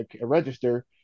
register